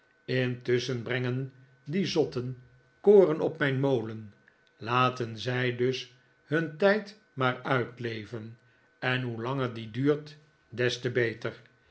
intusschen brengen die zotten koren op mijn molen laten zij dus hun tijd maar uitleven en hoe langer die duurt des te beter